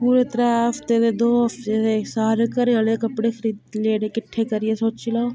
पूरे त्रै हफ्ते दे दो हफ्ते दे सारे घरै आह्लें दे कपड़े खरीद लेने किट्ठे करियै सोची लैओ